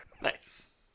Nice